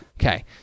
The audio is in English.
Okay